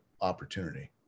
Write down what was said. opportunity